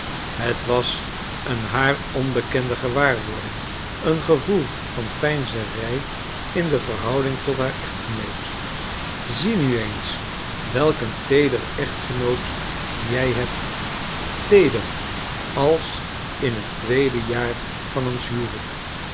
het was een haar onbekende gewaarwording een gevoel van veinzerij in de verhouding tot haar echtgenoot zie nu eens welk een teeder echtgenoot gij hebt teeder als in het tweede jaar van ons huwelijk